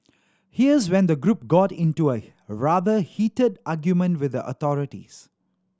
here's when the group got into a rather heated argument with the authorities